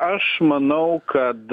aš manau kad